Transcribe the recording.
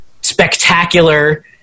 spectacular